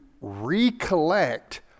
recollect